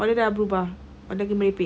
or dia dah berubah or dia lagi merepek